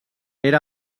era